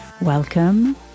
Welcome